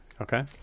Okay